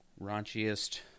raunchiest